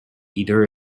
either